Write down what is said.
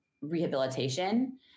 rehabilitation